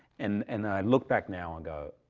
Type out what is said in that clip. and and i look back now and go,